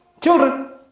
children